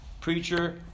Preacher